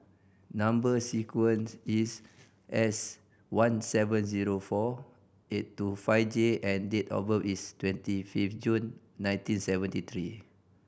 number sequence is S one seven zero four eight two five J and date of birth is twenty fifth June nineteen seventy three